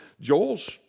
Joel's